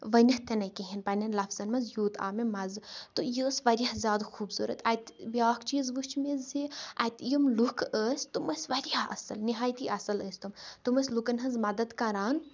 ؤنِتھ تہِ نہٕ کہیٖنٛۍ پَننٮ۪ن لفظن منٛز یوٗت آو مےٚ مَزٕ تہٕ یہِ ٲسۍ واریاہ زیادٕ خوٗبصورت اَتہِ بیٛاکھ چیٖز وٕچھ مےٚ زِ اَتہِ یِم لُکھ ٲسۍ تِم ٲسۍ واریاہ اصل نِہایتی اصل ٲسۍ تِم تِم ٲسۍ لُکَن ہٕنٛز مدد کَران